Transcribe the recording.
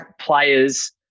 players